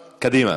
קדימה.